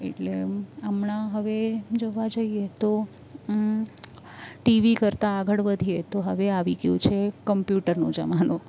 એટલે હમણાં હવે જોવા જઇએ તો ટીવી કરતાં આગળ વધીએ તો હવે આવી ગયું છે કમ્પ્યુટર નો જમાનો